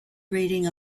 reading